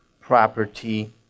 property